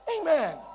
amen